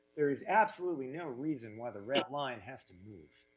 there is absolutely no reason why the red line has to move.